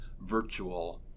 virtual